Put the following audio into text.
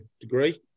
degree